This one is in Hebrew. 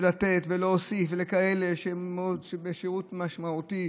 לתת ולהוסיף לכאלה שבשירות משמעותי.